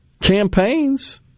campaigns